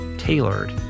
tailored